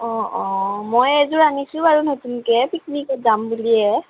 অ' অ' মই এযোৰ আনিছোঁ আৰু নতুনকৈ পিকনিকত যাম বুলিয়ে